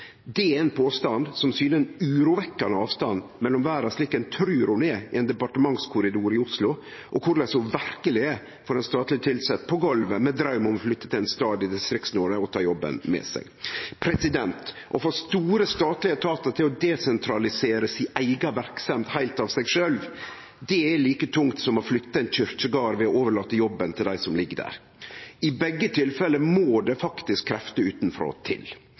Det er ein påstand som syner ein urovekkjande avstand mellom verda slik ein trur ho er i ein departementskorridor i Oslo, og korleis ho verkeleg er for ein statleg tilsett på golvet med draum om å flytte til ein stad i Distrikts-Noreg og ta jobben med seg. Å få store statlege etatar til å desentralisere si eiga verksemd heilt av seg sjølv er like tungt som å flytte ein kyrkjegard ved å overlate jobben til dei som ligg der. I begge tilfelle må det faktisk krefter til utanfrå, og i vårt tilfelle tydeleg politisk styring frå